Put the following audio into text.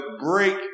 break